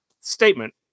statement